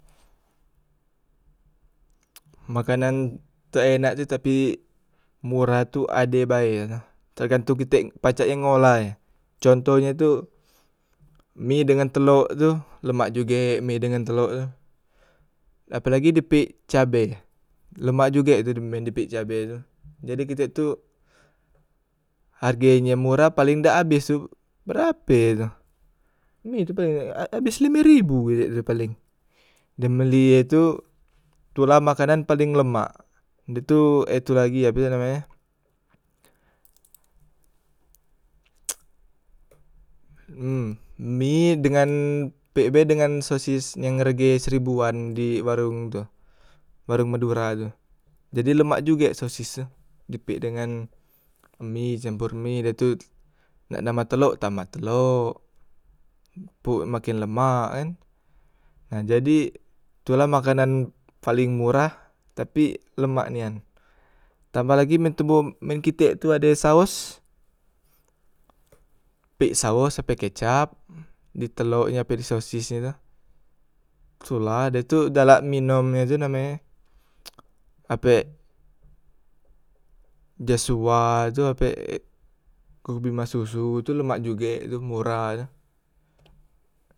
makanan ter enak tu tapi murah tu ade bae e tu tergantung kitek pacak e ngolah e, contoh e tu mi dengan telok tu lemak juge mi dengan telok tu, apelagi di pek cabe, lemak juge tu men di pek dengan cabe tu, jadi kite tu harge nye murah paleng dak abes tu berape tu, mi tu paleng abes lime ribe ye tu paling, dem mbeli e tu, tula makanan paling lemak he tu apelagi ape namenye em mi dengan pek be dengan sosis yang harge seribuan di warong tu, warong madura tu, jadi lemak juge sosis tu di pek dengan mi campor mi dah tu nak nambah telok, tambah telok, pok maken lemak kan, nah jadi tu la makanan paling murah tapi lemak nian, tambah lagi me toboh men kite tu ade saos pek saos ape kecap di telok e ape sosis e tu sula ye tu galak minom e tu name e, apek jasua tu apek kuku bima susu tu lemak juge tu murah tu.